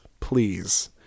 please